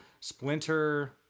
Splinter